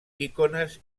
icones